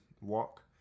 walk